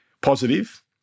positive